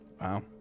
Wow